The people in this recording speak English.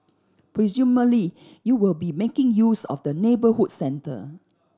presumably you will be making use of the neighbourhood centre